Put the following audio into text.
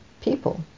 people